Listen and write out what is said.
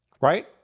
Right